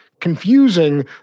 confusing